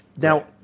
Now